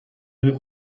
برین